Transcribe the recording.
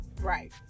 Right